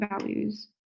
values